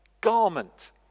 garment